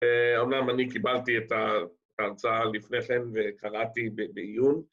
אמנם אני קיבלתי את ההרצאה לפני כן וקראתי בעיון.